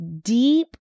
deep